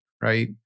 right